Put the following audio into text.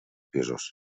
pisos